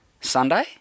Sunday